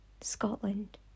Scotland